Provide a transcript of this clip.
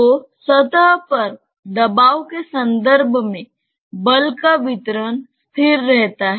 तो सतह पर दबाव के संदर्भ में बल का वितरण स्थिर रहता है